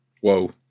Whoa